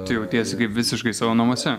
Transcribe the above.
tu jautiesi visiškai savo namuose